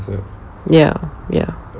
ya ya